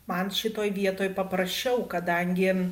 man šitoj vietoj paprasčiau kadangi